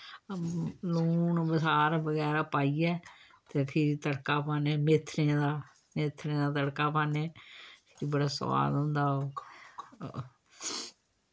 लून बसार बगैरा पाइयै ते फिरी तड़का पान्ने मेथरें दा मेथरें दा तड़का पान्ने बड़ा सोआद होंदा ओह्